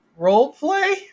roleplay